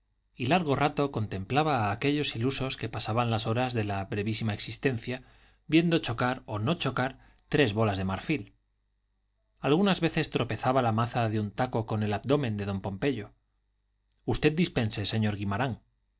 y largo rato contemplaba a aquellos ilusos que pasaban las horas de la brevísima existencia viendo chocar o no chocar tres bolas de marfil algunas veces tropezaba la maza de un taco con el abdomen de don pompeyo usted dispense señor guimarán